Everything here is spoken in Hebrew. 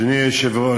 אדוני היושב-ראש,